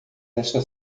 esta